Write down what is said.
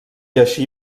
així